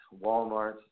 Walmart